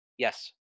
Yes